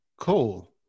Cool